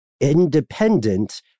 independent